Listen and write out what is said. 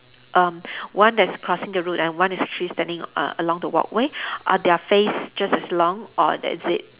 um one that's crossing the road and one is actually standing err along the walkway are their face just as long or is it